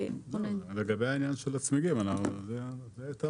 לגבי העניין של הצמיגים, זאת הייתה